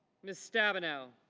miss stabenow,